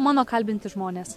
mano kalbinti žmonės